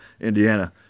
Indiana